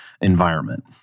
environment